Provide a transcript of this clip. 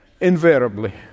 invariably